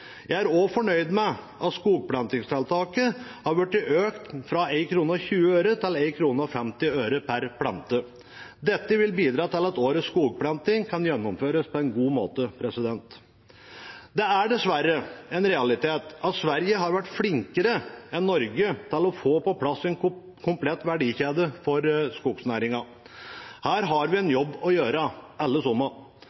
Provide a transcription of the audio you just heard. Jeg er også fornøyd med at skogplantingstiltaket har blitt økt fra 1 kr og 20 øre til 1 kr og 50 øre per plante. Dette vil bidra til at årets skogplanting kan gjennomføres på en god måte. Det er dessverre en realitet at Sverige har vært flinkere enn Norge til å få på plass en komplett verdikjede for skognæringen. Her har vi en